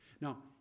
Now